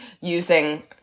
using